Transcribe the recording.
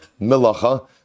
melacha